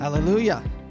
Hallelujah